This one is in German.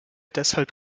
deshalb